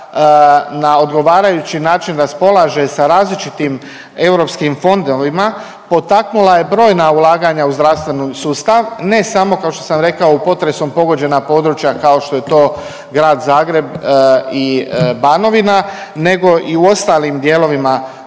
na odgovarajući način raspolaže sa različitim europskim fondovima, potaknula je brojna ulaganja u zdravstveni sustav, ne samo kao što sam rekao u potresom pogođena područja kao što je to grad Zagreb i Banovina nego i u ostalim dijelovima RH.